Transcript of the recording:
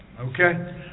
Okay